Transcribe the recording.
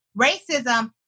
racism